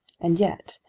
and yet,